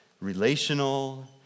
relational